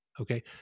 Okay